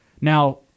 Now